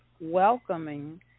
welcoming